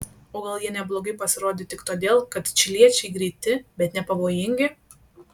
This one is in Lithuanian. o gal jie neblogai pasirodė tik todėl kad čiliečiai greiti bet nepavojingi